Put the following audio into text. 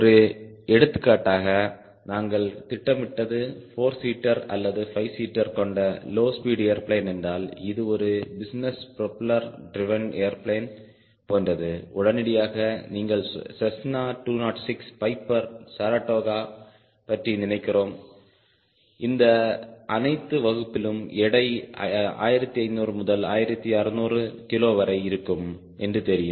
ஒரு எடுத்துக்காட்டுக்காக நாங்கள் திட்டமிட்டது 4 ஸீட்டர் அல்லது 5 ஸீட்டர் கொண்ட லோ ஸ்பீட் ஏர்பிளேன் என்றால் இது ஒரு பிசினஸ் ப்ரொபெல்லர் ட்ரிவேன் ஏர்பிளேன் போன்றது உடனடியாக நீங்கள் செஸ்னா 206 பைபர் சரடோகாவைப் பற்றி நினைக்கிறோம் இந்த அனைத்து வகுப்பிலும் எடை 1500 முதல் 1600 கிலோ வரை இருக்கும் என்று தெரியும்